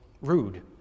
rude